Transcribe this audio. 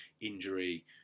injury